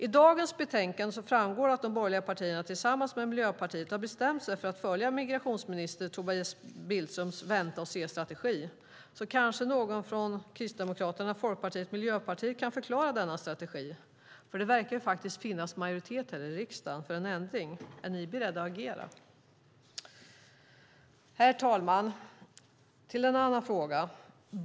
Av dagens betänkande framgår att de borgerliga partierna tillsammans med Miljöpartiet har bestämt sig för att följa migrationsminister Tobias Billströms vänta-och-se-strategi. Kanske någon från Kristdemokraterna, Folkpartiet eller Miljöpartiet kan förklara denna strategi. Det verkar faktiskt finnas en majoritet i riksdagen för en ändring. Är ni beredda att agera? Herr talman! Nu gäller det en annan fråga.